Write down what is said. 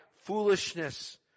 foolishness